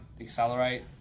accelerate